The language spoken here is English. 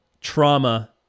trauma